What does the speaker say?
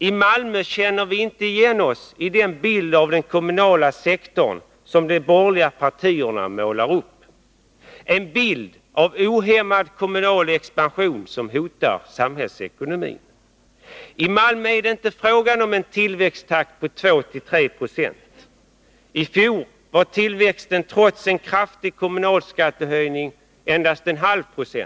I Malmö känner vi inte igen oss i den bild av den kommunala sektorn som de borgerliga partierna målar upp, en bild av ohämmad kommunal expansion som hotar samhällsekonomin. I Malmö är det inte fråga om en tillväxttakt på 2-3 96. I fjol var tillväxten trots en kraftig kommunalskattehöjning endast 0,5 26.